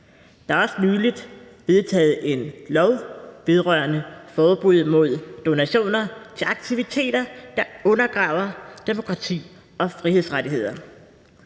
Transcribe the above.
Der er også for nylig vedtaget en lov vedrørende forbud mod donationer til aktiviteter, der undergraver demokrati og frihedsrettigheder.